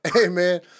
Amen